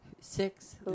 six